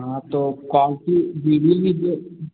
हाँ तो quality video में जो